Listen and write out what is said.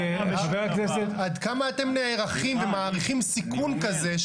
עד כמה אתם נערכים ומעריכים סיכון כזה,